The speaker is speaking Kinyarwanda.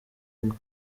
ntego